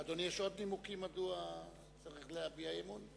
לאדוני יש עוד נימוקים מדוע צריך להביע אי-אמון?